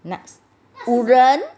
nuts 五仁